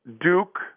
Duke